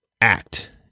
act